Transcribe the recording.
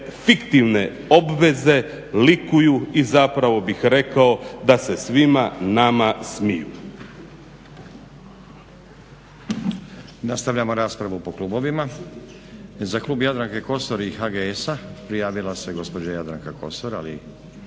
fiktivne obveze likuju i zapravo bih rekao da se svima nama smiju.